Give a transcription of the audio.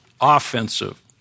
Offensive